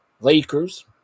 Lakers